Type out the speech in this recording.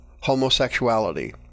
homosexuality